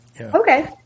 Okay